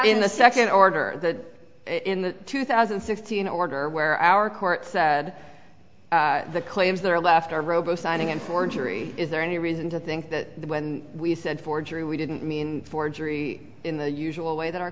in the second order that in the two thousand and sixteen order where our court said the claims that are left are robo signing and forgery is there any reason to think that when we said forgery we didn't mean forgery in the usual way that our